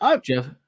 Jeff